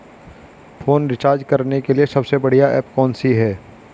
Phone recharge करने के लिए सबसे बढ़िया ऐप कौन सी है?